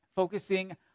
focusing